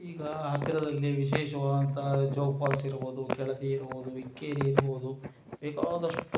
ಈಗ ಹತ್ತಿರದಲ್ಲಿ ವಿಶೇಷವಾದಂತಹ ಜೋಗ ಫಾಲ್ಸ್ ಇರ್ಬೋದು ಕೆಳದಿ ಇರ್ಬೋದು ಇಕ್ಕೇರಿ ಇರ್ಬೋದು ಬೇಕಾದಷ್ಟು